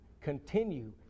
continue